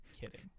Kidding